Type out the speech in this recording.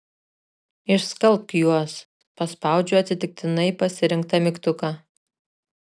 išskalbk juos paspaudžiu atsitiktinai pasirinktą mygtuką